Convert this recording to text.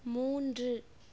மூன்று